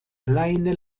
kleine